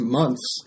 months